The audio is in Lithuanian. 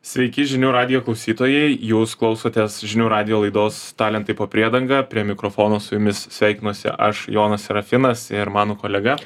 sveiki žinių radijo klausytojai jūs klausotės žinių radijo laidos talentai po priedanga prie mikrofono su jumis sveikinuosi aš jonas serafinas ir mano kolega